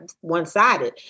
one-sided